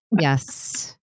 Yes